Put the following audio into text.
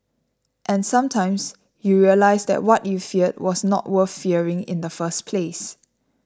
and sometimes you realise that what you feared was not worth fearing in the first place